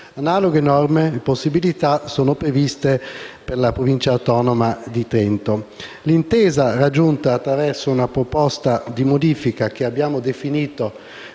Analoghe norme e possibilità sono previste per la Provincia autonoma di Trento. L'intesa raggiunta attraverso una proposta di modifica, che abbiamo definito